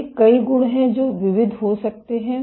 ये कई गुण हैं जो विविध हो सकते हैं